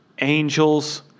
Angels